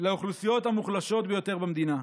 לאוכלוסיות המוחלשות ביותר במדינה.